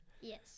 Yes